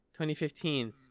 2015